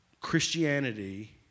Christianity